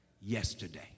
Yesterday